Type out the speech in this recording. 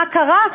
מה קרה?